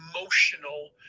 emotional